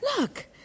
Look